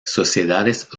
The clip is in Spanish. sociedades